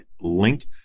link